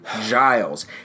Giles